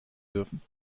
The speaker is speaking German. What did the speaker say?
dürfen